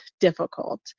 difficult